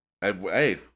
Hey